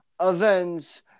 events